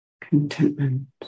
Contentment